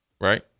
right